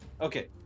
Okay